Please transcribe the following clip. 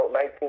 19